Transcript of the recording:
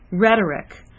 rhetoric